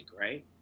right